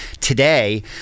today